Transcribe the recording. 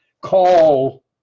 call